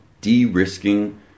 de-risking